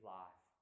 life